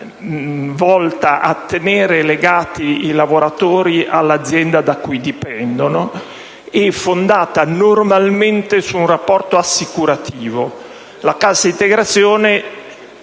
volta a tenere legati i lavoratori all'azienda da cui dipendono e fondata normalmente su di un rapporto assicurativo. Di regola, la cassa integrazione